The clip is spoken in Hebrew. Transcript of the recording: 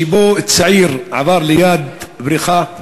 שבו צעיר עבר ליד בריכה,